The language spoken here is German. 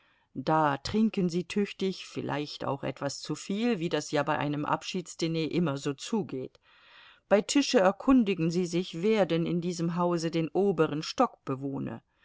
da trinken sie tüchtig vielleicht auch etwas zuviel wie das ja bei einem abschiedsdiner immer so zugeht bei tische erkundigen sie sich wer denn in diesem hause den oberen